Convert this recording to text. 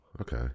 okay